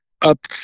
up